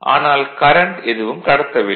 ஆனால் கரண்ட் எதுவும் கடத்தவில்லை